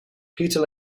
peter